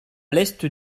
l’est